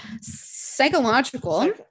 Psychological